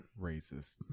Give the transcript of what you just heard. Racist